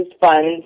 funds